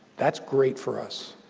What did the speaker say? that's great for us.